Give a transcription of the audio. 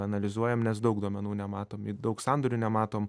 analizuojam nes daug duomenų nematom daug sandorių nematom